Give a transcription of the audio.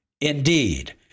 Indeed